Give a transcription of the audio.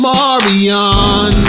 Marion